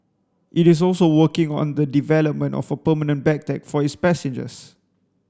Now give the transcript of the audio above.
it is also working on the development of a permanent bag tag for its passengers